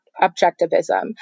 objectivism